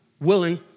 willing